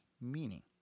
meaning